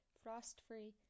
frost-free